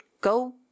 go